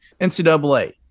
NCAA